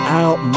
out